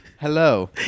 Hello